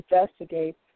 investigate